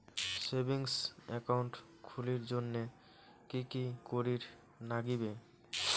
Savings account খুলির জন্যে কি কি করির নাগিবে?